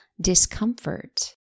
discomfort